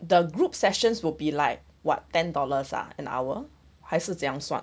the group sessions will be like what ten dollars ah an hour 还是怎样算